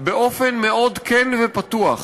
באופן מאוד כן ופתוח: